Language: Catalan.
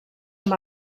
amb